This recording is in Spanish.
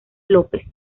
lópez